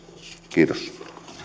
kiitos